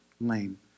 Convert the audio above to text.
lame